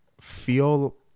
feel